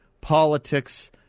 politics